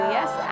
Yes